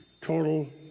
Total